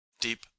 deep